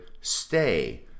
stay